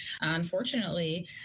Unfortunately